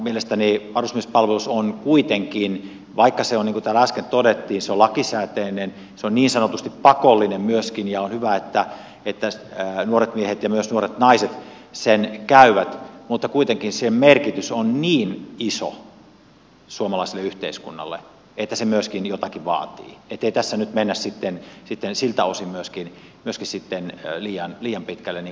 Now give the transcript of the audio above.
mielestäni varusmiespalveluksen vaikka se on niin kuin täällä äsken todettiin lakisääteinen se on niin sanotusti pakollinen myöskin ja on hyvä että nuoret miehet ja myös nuoret naiset sen käyvät merkitys on kuitenkin niin iso suomalaiselle yhteiskunnalle että se myöskin jotakin vaatii ettei tässä nyt mennä sitten siltä osin liian pitkälle niin kuin on tapahtunut muualla